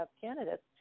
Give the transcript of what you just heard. candidates